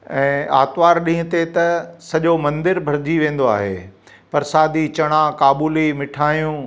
ऐं आर्तवारु ॾींहुुं ते त सॼो मंदिर भरिजी वेंदो आहे परसादी चणा काबुली मिठायूं